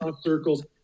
circles